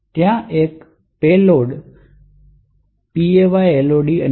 ત્યાં એક payload vm